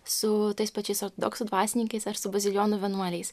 su tais pačiais ortodoksų dvasininkais ar su bazilijonų vienuoliais